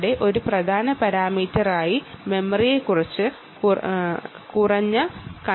ഒരു പ്രധാന പരാമീറ്ററായ മെമ്മറി എങ്ങനെ തിരഞ്ഞെടുക്കും